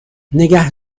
نگه